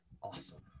awesome